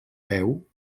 peu